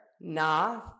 Na